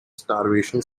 starvation